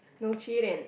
no cheating